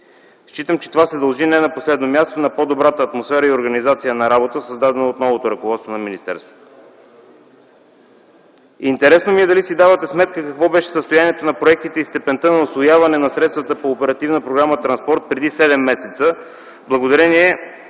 Считам, че това се дължи не на последно място на по-добрата атмосфера и организация на работа, създадена от новото ръководство на министерството. Интересно ми е дали си давате сметка какво беше състоянието на проектите и степента на усвояване на средствата по оперативна програма